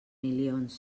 milions